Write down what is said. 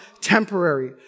temporary